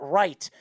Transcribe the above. right